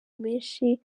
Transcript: menshi